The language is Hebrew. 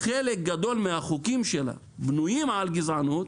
חלק גדול מהחוקים שלה בנויים על גזענות